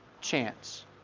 chance